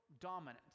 dominant